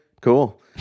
Cool